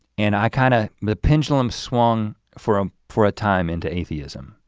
and i kind of, the pendulum swung for um for a time into atheism.